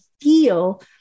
feel